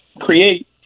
create